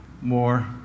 more